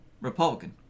Republican